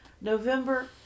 November